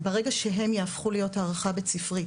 ברגע שהם יהפכו להיות הערכה בית ספרית